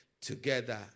together